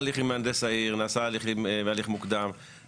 שהיא לא בדיקה ממצה כמובן אבל מבחינה מדגמית שאנחנו שאלנו אנשים,